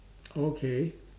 okay